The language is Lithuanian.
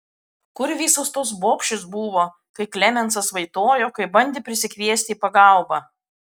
kur visos tos bobšės buvo kai klemensas vaitojo kai bandė prisikviesti į pagalbą